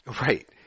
Right